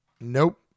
Nope